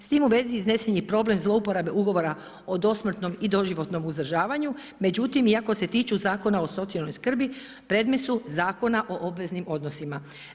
S tim u vezi iznesen je problem zlouporabe ugovora o dosmrtnom i doživotnom uzdržavanju međutim ikako se tiču Zakona o socijalnoj skrbi, predmet su Zakona o obveznim odnosima.